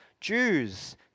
Jews